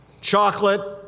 Chocolate